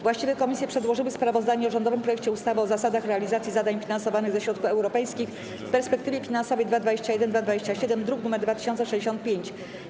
Właściwe komisje przedłożyły sprawozdanie o rządowym projekcie ustawy o zasadach realizacji zadań finansowanych ze środków europejskich w perspektywie finansowej 2021-2027, druk nr 2065.